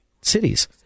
cities